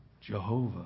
Jehovah